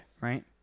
right